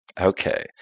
Okay